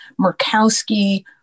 Murkowski-